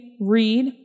read